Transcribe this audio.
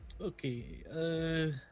Okay